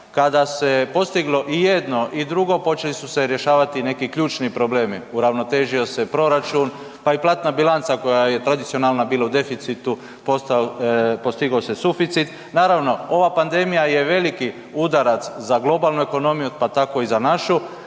Kada se postiglo i jedno i drugo, počeli su se rješavati neki ključni problemi, uravnotežio se proračun, pa i platna bilanca koja je tradicionalno bila u deficitu, postigao se suficit. Naravno, ova pandemija je veliki udarac za globalnu ekonomiju, pa tako i za našu.